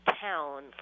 town